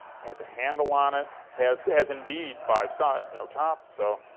has a handle on it, has has indeed, five sides no top, so,